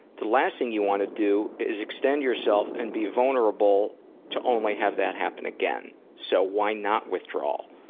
the last thing you want to do is extend yourself and be vulnerable to only have that happen again, so why not withdrawal.